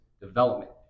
development